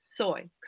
Soy